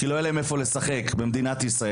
שלא יהיה להם יותר איפה לשחק במדינת ישראל,